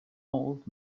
old